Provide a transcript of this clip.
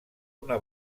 una